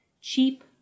Cheap